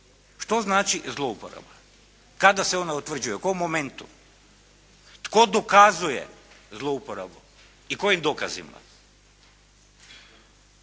Što znači zlouporaba? Kada se ona utvrđuje? U kojem momentu? Tko dokazuje zlouporabu i kojim dokazima?